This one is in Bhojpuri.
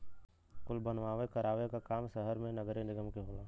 कुल बनवावे करावे क काम सहर मे नगरे निगम के होला